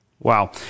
Wow